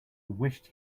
wished